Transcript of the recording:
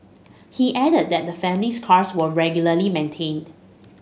he added that the family's cars were regularly maintained